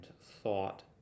thought